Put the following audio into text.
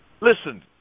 Listen